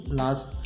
last